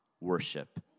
worship